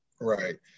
Right